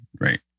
Right